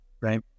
right